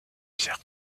pierre